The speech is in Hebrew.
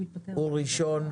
הוא ראשון,